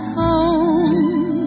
home